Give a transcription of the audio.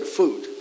food